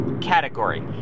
category